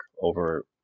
over